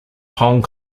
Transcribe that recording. hong